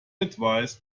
advised